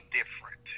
different